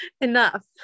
enough